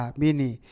bini